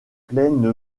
plaine